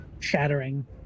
Shattering